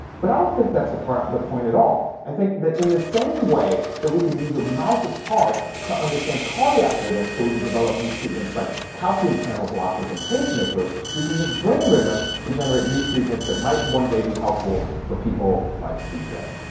but i don't think that's the point at all. i think that in the same way that we can use a mouse's heart to understand cardiac rhythm. so we can develop new treatments like calcium channel blockers and pace makers. we can use brain rhythms to generate new treatments that might one day be helpful for people like cj.